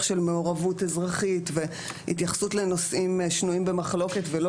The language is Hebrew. של מעורבות אזרחית והתייחסות לנושאים שנויים במחלוקת ולא